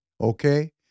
okay